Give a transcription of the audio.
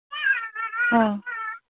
ᱦᱮᱸ